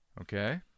Okay